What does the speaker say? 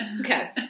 Okay